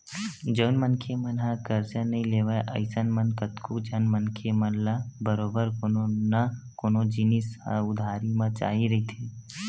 जउन मनखे मन ह करजा नइ लेवय अइसन म कतको झन मनखे मन ल बरोबर कोनो न कोनो जिनिस ह उधारी म चाही रहिथे